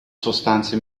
sostanze